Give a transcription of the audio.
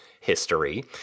history